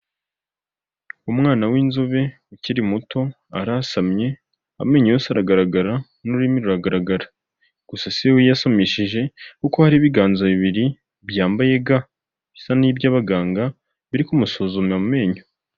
Umwana w'inzobe ukiri muto arasamye amenyo yose aragaragara n'ururimi ruragaragara, gusa si we wiyamishije kuko hari ibiganza bibiri byambaye ga bisa n'iby'abaganga biri kumusuzuma mu menyo.